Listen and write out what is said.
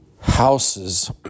houses